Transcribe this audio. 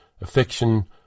affection